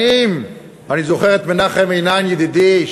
שנים אני זוכר את מנחם עינן ידידי,